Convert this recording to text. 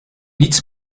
niets